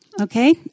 Okay